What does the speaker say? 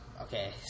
Okay